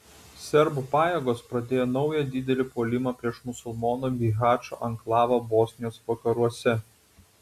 serbų pajėgos pradėjo naują didelį puolimą prieš musulmonų bihačo anklavą bosnijos vakaruose